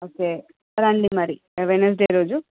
okay రండి మరి Wednesday రోజు